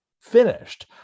finished